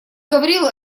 говорил